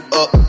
up